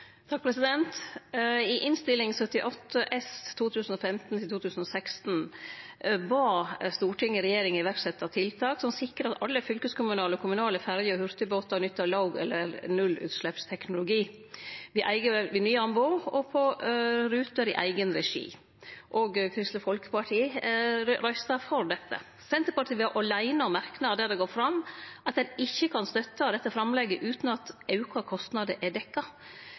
I Innst. 78 S for 2015–2016 bad Stortinget regjeringa om å setje i verk tiltak som sikrar at alle fylkeskommunale og kommunale ferjer og hurtigbåtar nyttar låg- eller nullutsleppsteknologi ved nye anbod og på ruter i eigenregi. Òg Kristeleg Folkeparti røysta for dette. Senterpartiet var aleine om ein merknad der det går fram at ein ikkje kan støtte dette framlegget utan at auka kostnader er